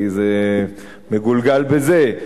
כי זה מגולגל בזה,